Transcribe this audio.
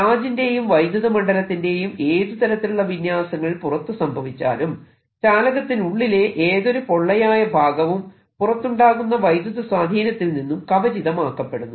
ചാർജിന്റെയും വൈദ്യുത മണ്ഡലത്തിന്റെയും ഏതു തരത്തിലുള്ള വിന്യാസങ്ങൾ പുറത്തു സംഭവിച്ചാലും ചാലകത്തിനുള്ളിലെ ഏതൊരു പൊള്ളയായ ഭാഗവും പുറത്തുണ്ടാകുന്ന വൈദ്യുത സ്വാധീനത്തിൽ നിന്നും കവചിതമാക്കപ്പെടുന്നു